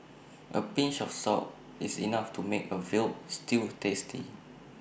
A pinch of salt is enough to make A Veal Stew tasty